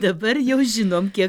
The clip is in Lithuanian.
dabar jau žinom kiek